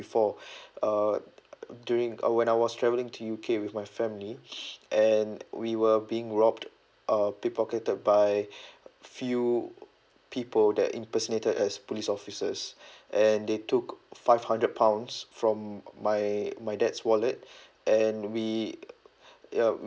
before uh during uh when I was travelling to U_K with my family and we were being robbed uh pick pocketed by few people that impersonated as police officers and they took five hundred pounds from my my dad's wallet and we ya